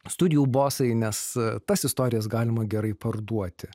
studijų bosai nes tas istorijas galima gerai parduoti